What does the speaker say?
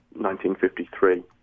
1953